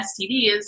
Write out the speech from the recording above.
STDs